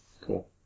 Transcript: cool